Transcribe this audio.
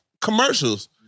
commercials